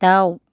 दाउ